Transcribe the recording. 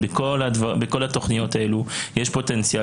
בכל התכניות האלה יש פוטנציאל,